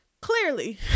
Clearly